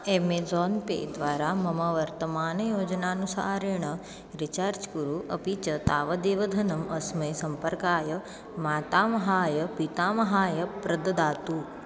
Amazon Pay द्वारा मम वर्तमानयोजनानुसारेण रिचार्ज् कुरु अपि च तावदेव धनम् अस्मै सम्पर्काय मातामहाय पितामहाय प्रददातु